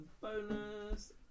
bonus